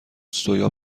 سویا